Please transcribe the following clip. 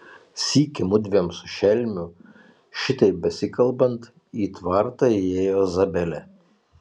sykį mudviem su šelmiu šitaip besikalbant į tvartą įėjo zabelė